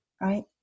right